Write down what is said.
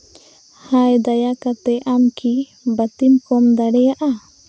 ᱦᱟᱭ ᱫᱟᱭᱟ ᱠᱟᱛᱮ ᱟᱢ ᱠᱤ ᱵᱟᱹᱛᱤᱢ ᱠᱚᱢ ᱫᱟᱲᱮᱭᱟᱜᱼᱟ